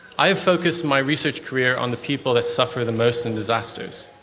i have focused my research career on the people that suffer the most in disasters.